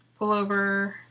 pullover